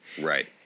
Right